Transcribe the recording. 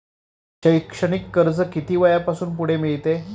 शैक्षणिक कर्ज किती वयापासून पुढे मिळते?